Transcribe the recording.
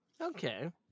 Okay